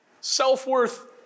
Self-worth